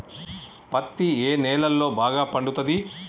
పత్తి ఏ నేలల్లో బాగా పండుతది?